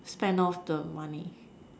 spend off the money